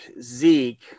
Zeke